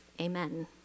Amen